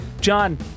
john